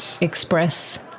express